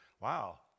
wow